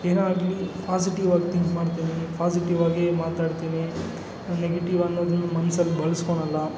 ಏನೇ ಆಗಲಿ ಪಾಸಿಟಿವ್ ಆಗಿ ಥಿಂಕ್ ಮಾಡ್ತೀನಿ ಪಾಸಿಟಿವ್ ಆಗಿ ಮಾತಾಡ್ತೀನಿ ನೆಗೆಟಿವ್ ಅನ್ನೋದು ಮನ್ಸಲ್ಲಿ ಬೆಳೆಸ್ಕೊಳಲ್ಲ